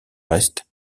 reste